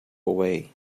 away